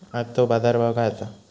आजचो बाजार भाव काय आसा?